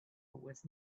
was